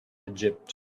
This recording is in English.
egypt